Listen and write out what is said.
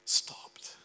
stopped